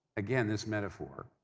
again, this metaphor.